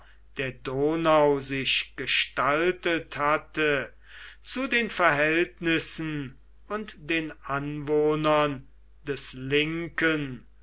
der donau sich gestaltet hatte zu den verhältnissen und den anwohnern des linken